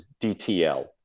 DTL